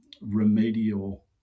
remedial